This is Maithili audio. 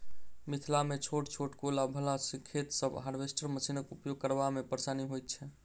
मिथिलामे छोट छोट कोला बला खेत सभ मे हार्वेस्टर मशीनक उपयोग करबा मे परेशानी होइत छै